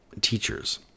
teachers